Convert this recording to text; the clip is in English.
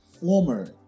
former